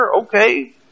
okay